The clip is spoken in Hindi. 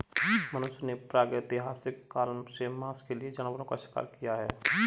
मनुष्यों ने प्रागैतिहासिक काल से मांस के लिए जानवरों का शिकार किया है